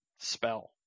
spell